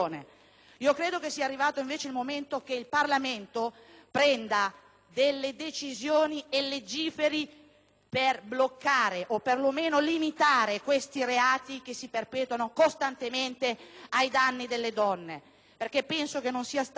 Credo sia invece arrivato il momento che il Parlamento prenda delle decisioni e legiferi per bloccare o, perlomeno, limitare questi reati che si perpetuano costantemente ai danni delle donne. Credo anche non sia stato